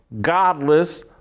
godless